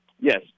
Yes